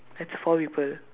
that's four people